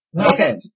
Okay